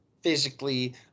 physically